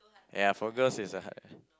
ya for girls is a